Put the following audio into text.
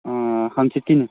ꯑꯥ ꯍꯪꯆꯤꯠꯀꯤꯅꯤ